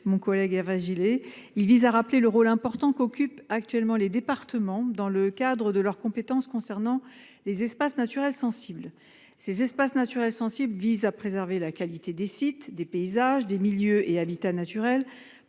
le compte de M. Gillé. Il vise à rappeler le rôle important qu'occupent actuellement les départements dans le cadre de leurs compétences concernant les espaces naturels sensibles. Ceux-ci visent à préserver la qualité des sites, des paysages, des milieux et habitats naturels